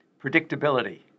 predictability